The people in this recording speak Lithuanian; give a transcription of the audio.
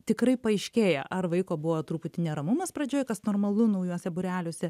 tikrai paaiškėja ar vaiko buvo truputį neramumas pradžioj kas normalu naujuose būreliuose